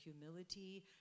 humility